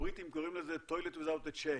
הבריטים קוראים לזה toilet without a chain,